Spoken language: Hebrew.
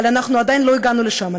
אבל אנחנו עדיין לא הגענו לשם,